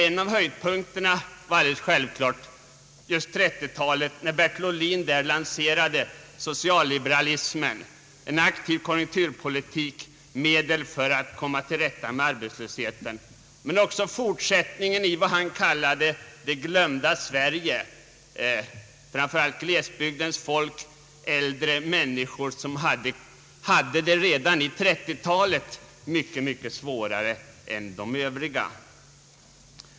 En av höjdpunkterna var alldeles självklart just 1930 talet, då Bertil Ohlin där lanserade socialliberalismen, en aktiv konjunkturpolitik, ett medel för att komma till rätta med arbetslösheten, men också fortsättningen i vad han kallade »det glömda Sverige», framför allt glesbygdens folk, äldre människor som redan på 1930-talet hade det mycket svårare än de övriga.